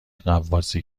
غواصی